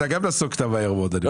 אתה גם נסוגות מהר מאוד, אני רואה.